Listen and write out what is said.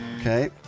okay